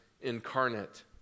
incarnate